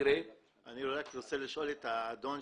אני רק רוצה לשאול את האדון.